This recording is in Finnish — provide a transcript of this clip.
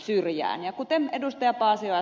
ja kuten ed